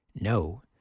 No